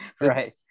Right